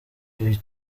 ibibi